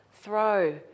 throw